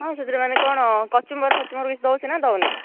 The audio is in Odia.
ହଁ ସେଥିରେ ମାନେ କଣ କଚୁମ୍ବର ଫଚୁମ୍ବର କିଛି ଦେଉଛି ନା ଦେଉନି